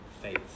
faith